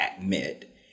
admit